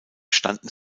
standen